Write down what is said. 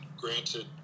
granted